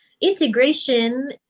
Integration